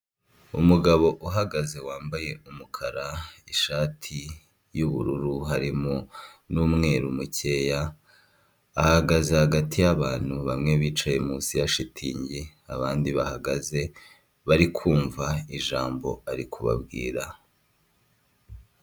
Umugabo uhagaze wambaye umukara, ishati y'ubururu harimo n'umweru mukeya, ahagaze hagati y'abantu bamwe bicaye munsi ya shitingi. Abandi bahagaze bari kumva ijambo arikubabwira.